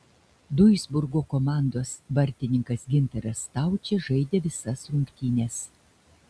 duisburgo komandos vartininkas gintaras staučė žaidė visas rungtynes